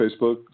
Facebook